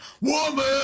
woman